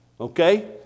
Okay